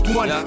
one